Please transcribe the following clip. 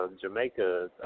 Jamaica